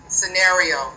scenario